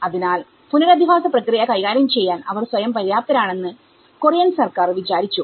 അതിനാൽ പുനരധിവാസ പ്രക്രിയ കൈകാര്യം ചെയ്യാൻ അവർ സ്വയം പര്യാപ്തരാണെന്ന് കൊറിയൻ സർക്കാർ വിചാരിച്ചു